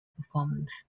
performance